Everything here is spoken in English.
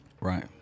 Right